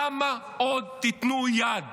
כמה עוד תיתנו יד